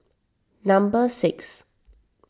number six